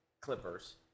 Clippers